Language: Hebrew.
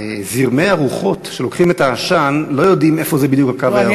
זרמי הרוחות שלוקחים את העשן לא יודעים איפה זה בדיוק הקו הירוק.